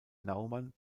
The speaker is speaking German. naumann